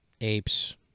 apes